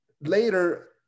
later